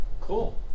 Cool